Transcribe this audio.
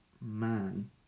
man